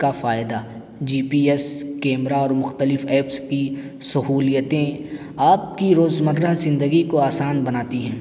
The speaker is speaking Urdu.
کا فائدہ جی پی ایس کیمرا اور مختلف ایپس کی سہولیتیں آپ کی روز مرہ زندگی کو آسان بناتی ہیں